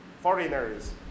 Foreigners